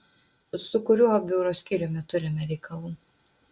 su kuriuo biuro skyriumi turime reikalų